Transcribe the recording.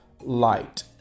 light